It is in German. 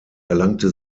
erlangte